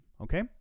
okay